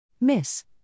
Miss